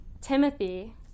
Timothy